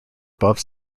above